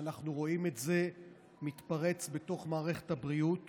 ואנחנו רואים את זה מתפרץ בתוך מערכת הבריאות